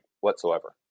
whatsoever